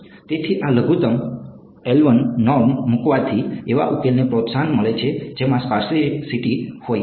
તેથી આ લઘુત્તમ નોર્મ મૂકવાથી એવા ઉકેલને પ્રોત્સાહન મળે છે જેમાં સ્પાર્સિટી હોય